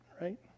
right